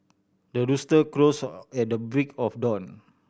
the rooster crows at the break of dawn